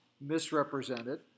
misrepresented